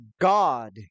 God